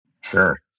Sure